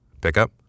Pickup